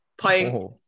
playing